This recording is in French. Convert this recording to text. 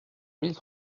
mille